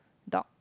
dog